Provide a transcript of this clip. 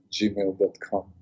gmail.com